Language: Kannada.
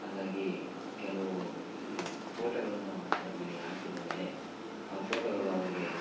ಹಾಗಾಗಿ ಕೆಲವು ಈ ಪೋಟೊಗಳನ್ನು ಅದರಲ್ಲಿ ಹಾಕಿದ ಮೇಲೆ ಆ ಫೋಟೊಗಳು ಅವ್ರಿಗೆ